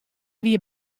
wie